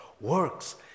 Works